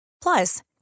Plus